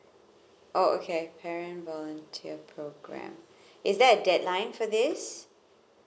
oh okay parent volunteer program is there a deadline for this